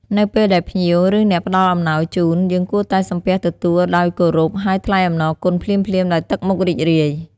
នៅពេលដែលភ្ញៀវ ឬអ្នកផ្ដល់អំណោយជូន យើងគួរតែ សំពះទទួល ដោយគោរព ហើយថ្លែងអំណរគុណភ្លាមៗដោយទឹកមុខរីករាយ។